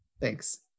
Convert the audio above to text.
Thanks